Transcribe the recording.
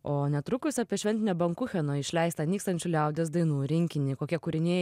o netrukus apie šventinio bankucheno išleistą nykstančių liaudies dainų rinkinį kokie kūriniai